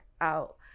out